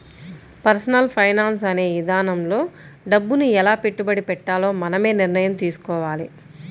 personal finance అనే ఇదానంలో డబ్బుని ఎలా పెట్టుబడి పెట్టాలో మనమే నిర్ణయం తీసుకోవాలి